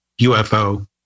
UFO